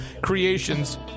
creations